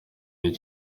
iyi